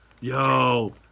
Yo